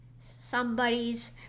somebody's